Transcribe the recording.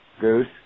Goose